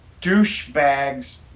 douchebags